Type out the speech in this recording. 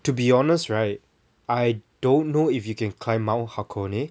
to be honest right I don't know if you can climb mount hakone